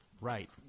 right